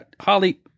Holly